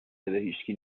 هیشکی